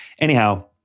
Anyhow